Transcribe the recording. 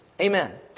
Amen